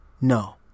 No